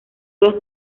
los